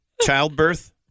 Childbirth